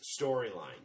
storyline